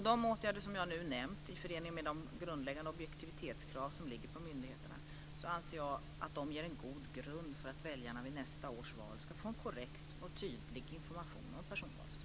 De åtgärder som jag nu nämnt i förening med de grundläggande objektivitetskrav som ligger på myndigheterna anser jag ger en god grund för att väljarna vid nästa års val ska få en korrekt och tydlig information om personvalssystemet.